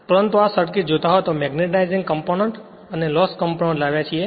પરંતુ આ સર્કિટ જોતા હોય તો આ મેગ્નેટાઇઝિંગ કમ્પોનન્ટ અને લોસ કમ્પોનન્ટ લાવ્યા છીએ